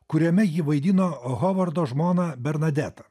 kuriame ji vaidino hovardo žmoną bernadetą